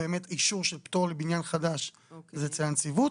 אישור של פטור לבניין חדש עושה הנציבות,